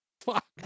Fuck